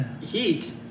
Heat